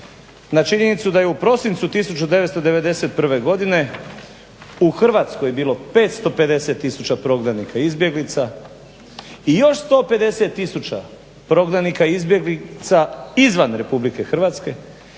na činjenicu da je u prosincu 1991. godine u Hrvatskoj bilo 550 tisuća prognanika i izbjeglica i još 150 tisuća prognanika i izbjeglica izvan RH i nijedan